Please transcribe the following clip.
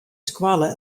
skoalle